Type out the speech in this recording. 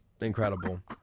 Incredible